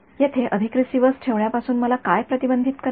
येथे अधिक रिसीव्हर्स ठेवण्यापासून मला काय प्रतिबंधित करते